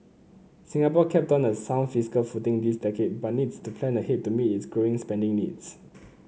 Singapore kept on a sound fiscal footing this decade but needs to plan ahead to meet its growing spending needs